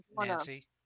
Nancy